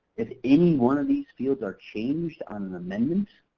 if any one of these fields are changed on an amendment,